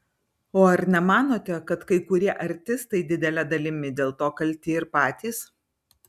o ar nemanote kad kai kurie artistai didele dalimi dėl to kalti ir patys